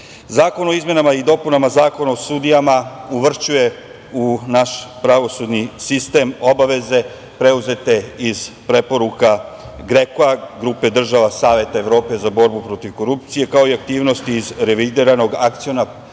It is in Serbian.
o izmenama i dopunama Zakona o sudijama uvršćuje u naš pravosudni sistem obaveze preuzete iz preporuka GREKA, grupe država Saveta Evrope za borbu protiv korupcije, kao i aktivnosti iz revidiranog Akcionog